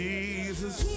Jesus